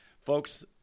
Folks